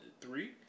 Three